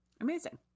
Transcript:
Amazing